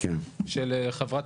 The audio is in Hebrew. של חברי